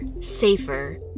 safer